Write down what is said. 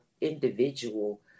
individual